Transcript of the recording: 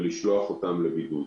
ולשלוח אותם לבידוד.